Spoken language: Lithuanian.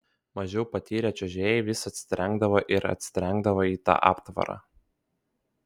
mažiau patyrę čiuožėjai vis atsitrenkdavo ir atsitrenkdavo į tą aptvarą